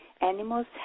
animals